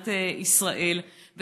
מדינת ישראל.